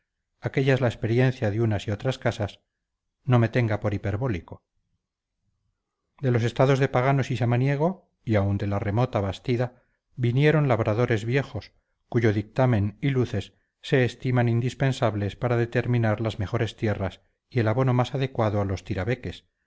conventuales aquellas la experiencia de unas y otras casas no me tenga por hiperbólico de los estados de paganos y samaniego y aun de la remota bastida vinieron labradores viejos cuyo dictamen y luces se estiman indispensables para determinar las mejores tierras y el abono más adecuado a los tirabeques